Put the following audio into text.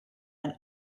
and